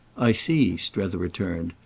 i see, strether returned.